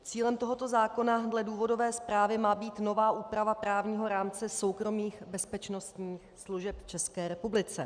Cílem tohoto zákona dle důvodové zprávy má být nová úprava právního rámce soukromých bezpečnostních služeb v České republice.